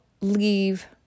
leave